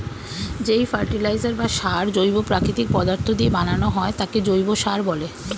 যেই ফার্টিলাইজার বা সার জৈব প্রাকৃতিক পদার্থ দিয়ে বানানো হয় তাকে জৈব সার বলে